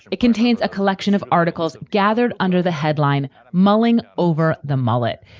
it contains a collection of articles gathered under the headline mulling over the mullet.